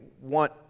want